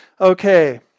Okay